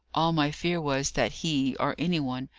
all my fear was, that he, or any one,